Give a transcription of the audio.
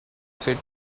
said